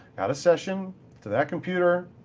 out of session to that computer,